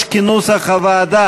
8, של קבוצת סיעת יש עתיד?